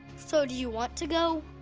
so do you want to go?